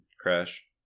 Crash